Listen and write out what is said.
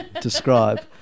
describe